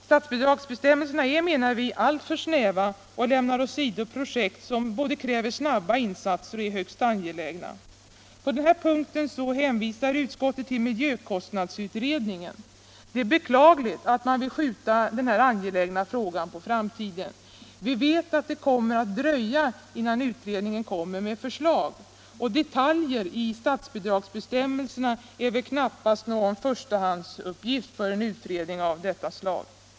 Statsbidragsbestämmelserna är, menar vi, alltför snäva och lämnar åsido projekt som både kräver snabba insatser och är högst angelägna. På den punkten hänvisar utskottet till miljökostnadsutredningen. Det är beklagligt att utskottet vill skjuta denna angelägna fråga på framtiden. Vi vet att det kommer att dröja innan utredningen framlägger förslag, och detaljer i statsbidragsbestämmelserna är väl knappast en förstahandsuppgift för en utredning av detta slag.